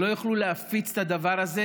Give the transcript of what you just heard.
שלא יוכלו להפיץ את הדבר הזה.